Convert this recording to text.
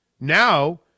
Now